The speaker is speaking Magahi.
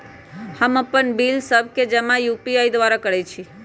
हम अप्पन बिल सभ के जमा यू.पी.आई द्वारा करइ छी